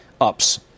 ups